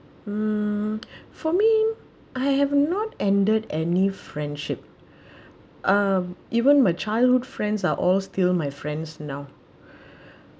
for me I have not ended any friendship um even my childhood friends are all still my friends now